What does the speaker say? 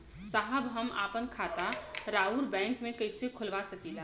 साहब हम आपन खाता राउर बैंक में कैसे खोलवा सकीला?